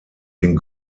den